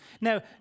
Now